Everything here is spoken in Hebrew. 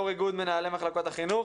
יו"ר איגוד מנהלי מחלקות החינוך,